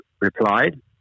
replied